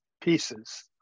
pieces